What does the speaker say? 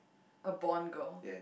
A born girl